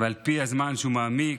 ועל פי הזמן שהוא מעמיק.